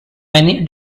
many